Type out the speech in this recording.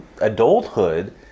adulthood